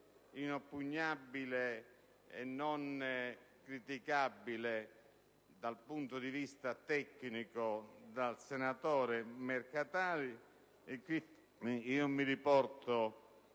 inoppugnabile e non criticabile, dal punto di vista tecnico, dal relatore Mercatali.